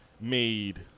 made